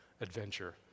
adventure